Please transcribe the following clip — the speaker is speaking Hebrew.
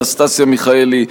אנסטסיה מיכאלי,